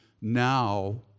now